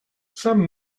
some